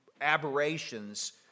aberrations